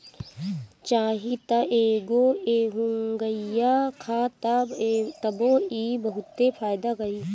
चाही त एके एहुंगईया खा ल तबो इ बहुते फायदा करी